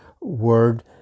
word